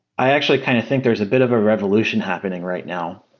i actually kind of think there is a bit of a revolution happening right now.